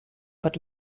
but